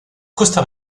costa